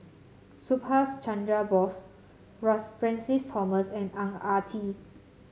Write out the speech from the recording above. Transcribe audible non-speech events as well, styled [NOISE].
Subhas Chandra Bose [UNINTELLIGIBLE] Francis Thomas and Ang Ah Tee